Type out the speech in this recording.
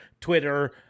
Twitter